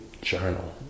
journal